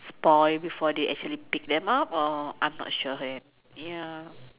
spoil before they actually pick them up or I'm not sure okay ya